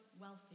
wealthy